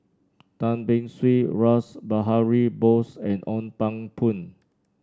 Tan Beng Swee Rash Behari Bose and Ong Pang Boon